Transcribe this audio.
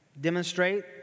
demonstrate